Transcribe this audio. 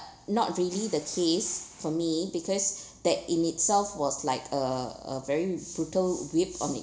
not really the case for me because that in itself was like a a very brutal whip on it's